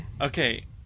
Okay